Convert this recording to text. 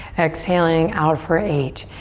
exhaling out for eight.